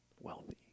wealthy